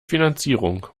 finanzierung